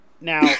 Now